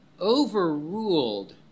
overruled